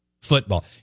football